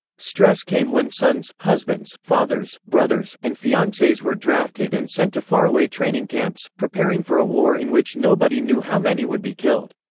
stress came when sons, husbands, fathers, brothers, and fiances were drafted and sent to faraway training camps, preparing for a war in which nobody knew how many would be killed.